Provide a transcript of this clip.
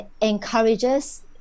encourages